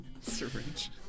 Syringe